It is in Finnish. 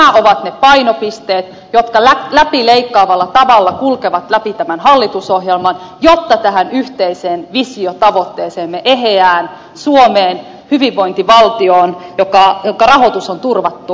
nämä ovat ne painopisteet jotka läpileikkaavalla tavalla kulkevat läpi tämän hallitusohjelman jotta tähän yhteiseen visiotavoitteeseemme eheään suomeen hyvinvointivaltioon jonka rahoitus on turvattu päästäisiin